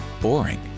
boring